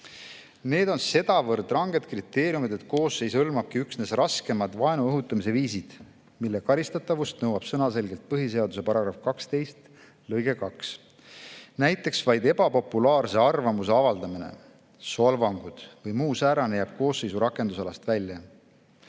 Need on sedavõrd ranged kriteeriumid, et koosseis hõlmabki üksnes raskemad vaenu õhutamise viisid, mille karistatavust nõuab sõnaselgelt põhiseaduse § 12 lõige 2. Näiteks vaid ebapopulaarse arvamuse avaldamine, solvangud või muu säärane jääb koosseisu rakendusalast välja.